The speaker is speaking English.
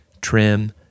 trim